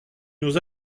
nous